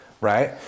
Right